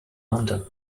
london